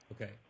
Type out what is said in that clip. Okay